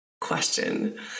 question